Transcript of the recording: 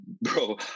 bro